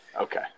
Okay